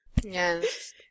Yes